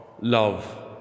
love